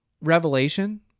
Revelation